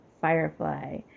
Firefly